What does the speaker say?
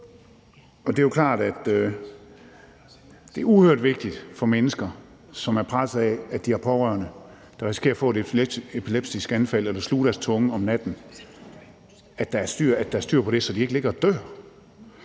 år. Det er jo klart, at det er uhørt vigtigt for mennesker, som er presset af, at de har pårørende, der risikerer at få et epileptisk anfald eller at sluge deres tunge om natten, at der er styr på det, så de ikke ligger og dør.